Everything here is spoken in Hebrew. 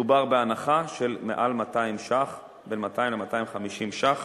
מדובר בהנחה של מעל 200 ש"ח, בין 200 ל-250 ש"ח,